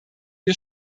wir